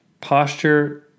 posture